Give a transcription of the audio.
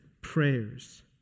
prayers